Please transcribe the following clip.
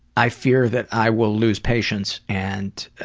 i fear that i will lose patience and